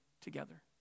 together